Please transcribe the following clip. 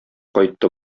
кайтты